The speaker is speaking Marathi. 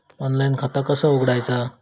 ऑनलाइन खाता कसा उघडायचा?